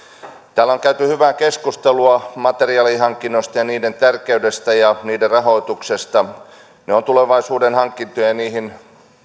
täällä on käyty hyvää keskustelua materiaalihankinnoista niiden tärkeydestä ja niiden rahoituksesta ne ovat tulevaisuuden hankintoja ja niihin